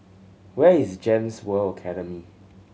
where is GEMS World Academy